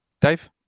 Dave